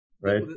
Right